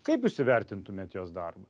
kaip jūs įvertintumėt jos darbą